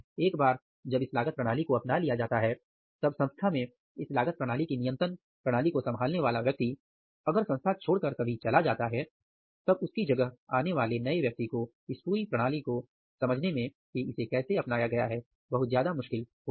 एक बार जब इस लागत प्रणाली को अपना लिया जाता है तब संस्था में इस लागत प्रणाली की नियंत्रण प्रणाली को संभालने वाला व्यक्ति अगर संस्था छोड़कर कभी चला जाता है तब उसकी जगह आने वाले नए व्यक्ति को इस पूरी प्रणाली को समझने में कि इसे कैसे अपनाया गया है बहुत ज्यादा मुश्किल होती है